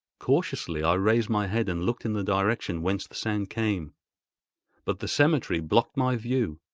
cautiously i raised my head and looked in the direction whence the sound came but the cemetery blocked my view.